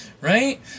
Right